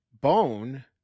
bone